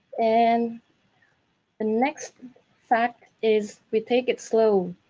and the next fact is, we take it slow,